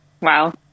Wow